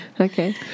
Okay